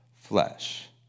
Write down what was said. flesh